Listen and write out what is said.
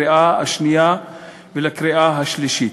לקריאה שנייה ולקריאה שלישית.